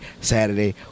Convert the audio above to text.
Saturday